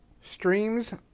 streams